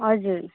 हजुर